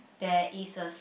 there is a